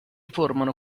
formano